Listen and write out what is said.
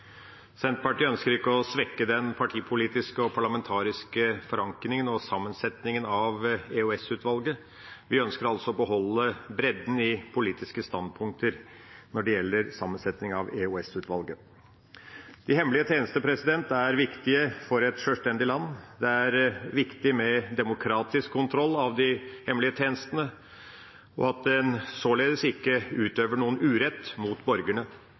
Senterpartiet ønsker ikke å svekke den partipolitiske og parlamentariske forankringen og sammensetningen av EOS-utvalget. Vi ønsker altså å beholde bredden i politiske standpunkter når det gjelder sammensetning av EOS-utvalget. De hemmelige tjenestene er viktige for et sjølstendig land. Det er viktig med demokratisk kontroll av de hemmelige tjenestene og at en således ikke utøver noen urett mot borgerne